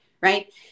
right